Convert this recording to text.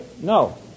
No